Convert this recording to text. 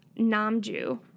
Namju